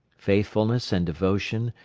faithfulness and devotion,